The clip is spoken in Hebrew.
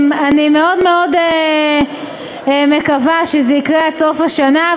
אני מאוד מאוד מקווה שזה יקרה עד סוף השנה,